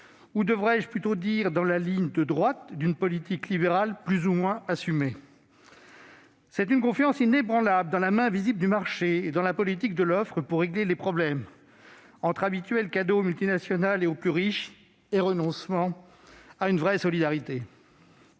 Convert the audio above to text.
ou devrais-je plutôt dire dans la ligne de droite ? -d'une politique libérale plus ou moins assumée ! Vous faites preuve d'une confiance inébranlable dans la main invisible du marché et dans la politique de l'offre pour régler les problèmes, entre habituels cadeaux aux multinationales et aux plus riches, et renoncement à une vraie solidarité.